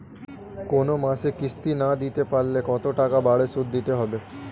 কোন মাসে কিস্তি না দিতে পারলে কতটা বাড়ে সুদ দিতে হবে?